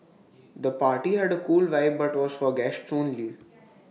the party had A cool vibe but was for guests only